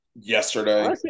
yesterday